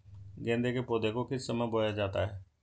गेंदे के पौधे को किस समय बोया जाता है?